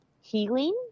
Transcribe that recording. healing